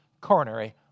coronary